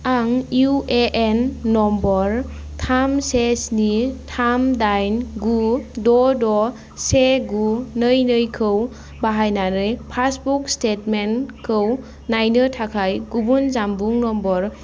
आं इउ ए एन नम्बर थाम से स्नि थाम दाइन गु द' द' से गु नै नै खौ बाहायनानै पाकबुक स्टेटमेन्टखौ नायनो थाखाय गुबुन जानबुं नम्बर